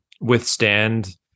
withstand